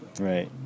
Right